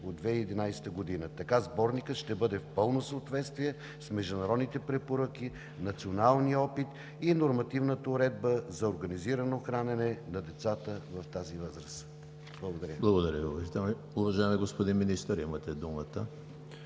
от 2011 г. Така Сборникът ще бъде в пълно съответствие с международните препоръки, националния опит и нормативната уредба за организирано хранене на децата в тази възраст. Благодаря.